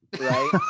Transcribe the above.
right